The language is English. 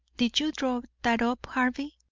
did you draw that up, harvey?